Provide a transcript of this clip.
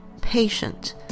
patient